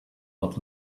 but